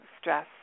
stress